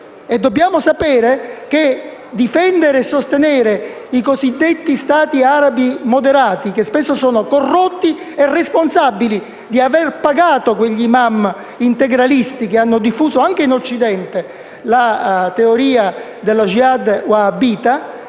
ciò e anche che difendere e sostenere i cosiddetti Stati arabi moderati (che spesso sono corrotti e responsabili di aver pagato quegli *imam* integralisti che hanno diffuso anche in Occidente la teoria della *jihad* a vita)